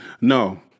No